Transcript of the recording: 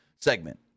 segment